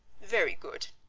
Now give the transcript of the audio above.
very good.